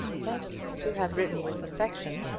but, to have written with affection,